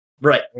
Right